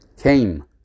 came